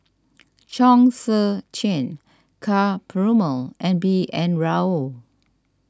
Chong Tze Chien Ka Perumal and B N Rao